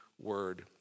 word